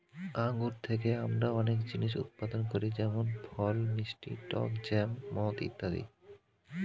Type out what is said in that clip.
আঙ্গুর থেকে আমরা অনেক জিনিস উৎপাদন করি যেমন ফল, মিষ্টি, টক জ্যাম, মদ ইত্যাদি